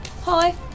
hi